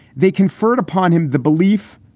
they conferred upon him the belief,